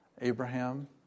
Abraham